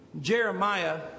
Jeremiah